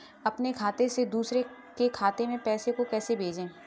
अपने खाते से दूसरे के खाते में पैसे को कैसे भेजे?